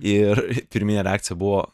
ir pirminė reakcija buvo